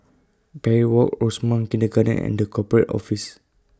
Parry Walk Rosemount Kindergarten and The Corporate Office